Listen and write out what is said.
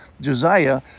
Josiah